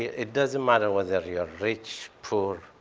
it doesn't matter whether you're rich, poor.